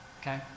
okay